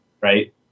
Right